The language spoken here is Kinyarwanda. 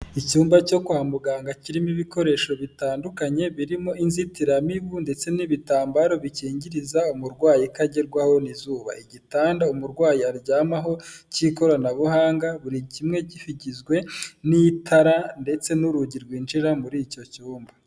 Icyumba cyo kwa muganga kirimo ibikoresho bitandukanye birimo inzitiramibu ndetse n'ibitambaro bikingiriza umurwayi utagerwaho n'izuba, igitanda umurwayi aryamaho cy'ikoranabuhanga, buri kimwe gigizwe n'itara ndetse n'urugi rwinjira muri icyo cyumba.